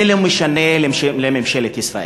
זה לא משנה לממשלת ישראל.